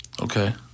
Okay